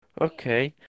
Okay